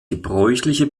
gebräuchliche